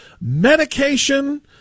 medication